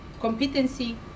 competency